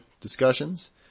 discussions